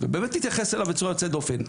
ובאמת הוא התייחס אליו בצורה יוצאת דופן.